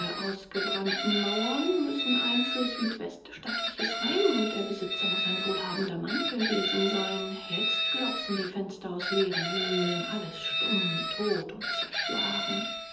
ausgebrannten mauern müssen ein für südwest stattliches heim und der besitzer muß ein wohlhabender mann gewesen sein jetzt glotzen die fenster aus leeren höhlen alles stumm tot und zerschlagen